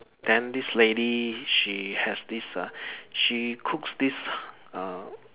then this lady she has this uh she cooks this uh